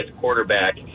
quarterback –